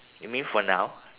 you mean for now